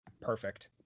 Perfect